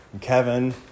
Kevin